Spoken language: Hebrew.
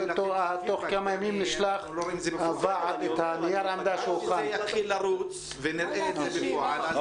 עד שיתחיל לרוץ ונראה את זה בפועל.